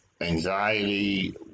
anxiety